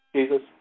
Jesus